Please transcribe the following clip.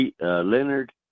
Leonard